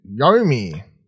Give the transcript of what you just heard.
Yomi